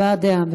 הבעת דעה.